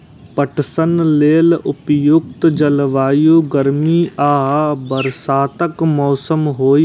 पटसन लेल उपयुक्त जलवायु गर्मी आ बरसातक मौसम होइ छै